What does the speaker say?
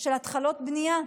של התחלות בנייה,